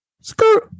screw